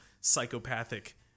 psychopathic